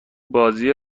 بازی